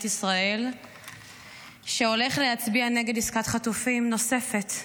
ישראל שהולך להצביע נגד עסקת חטופים נוספת.